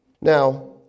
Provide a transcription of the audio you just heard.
Now